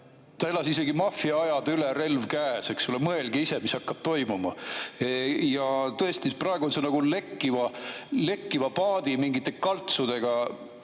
Ta elas isegi maffiaajad üle, relv käes. Mõelge ise, mis hakkab toimuma. Tõesti, praegu on see nagu lekkiva paadi mingite kaltsudega